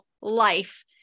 life